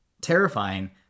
Terrifying